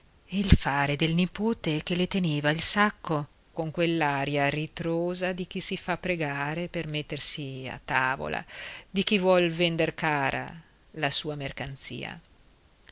il fare del nipote che le teneva il sacco con quell'aria ritrosa di chi si fa pregare per mettersi a tavola di chi vuol vender cara la sua mercanzia